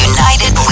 United